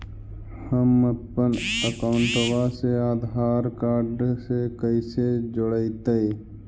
हमपन अकाउँटवा से आधार कार्ड से कइसे जोडैतै?